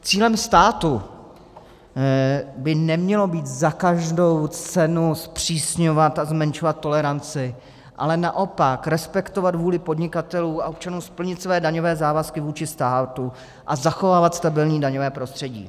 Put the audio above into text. Cílem státu by nemělo být za každou cenu zpřísňovat a zmenšovat toleranci, ale naopak respektovat vůli podnikatelů a občanů splnit svoje daňové závazky vůči státu a zachovávat stabilní daňové prostředí.